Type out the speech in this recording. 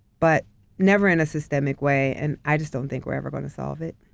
but never in a systemic way and i just don't think we're ever gonna solve it.